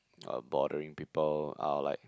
uh bothering people I would like